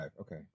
okay